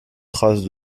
traces